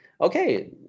okay